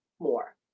more